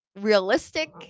realistic